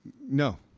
no